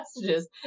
messages